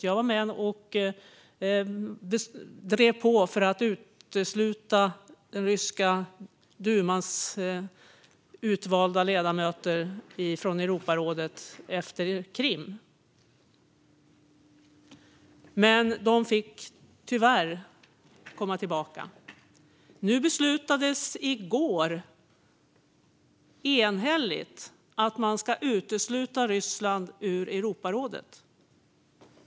Jag var med och drev på för att utesluta den ryska dumans utvalda ledamöter från Europarådet efter Krim. Men de fick tyvärr komma tillbaka. Nu beslutades det i går enhälligt att man ska utesluta Ryssland ur Europarådet.